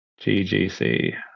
GGC